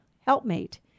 helpmate